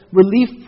relief